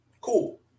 cool